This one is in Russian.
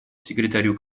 секретарю